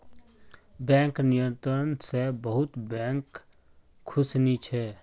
bank नियंत्रण स बहुत बैंक खुश नी छ